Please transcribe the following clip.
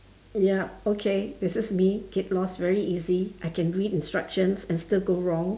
yup okay this is me get lost very easy I can read instructions and still go wrong